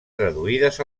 traduïdes